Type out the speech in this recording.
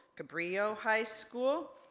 cabrillo high school,